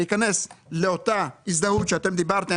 להיכנס לאותה הזדהות - עליה דיברתם